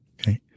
Okay